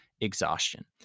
Exhaustion